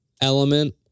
element